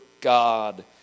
God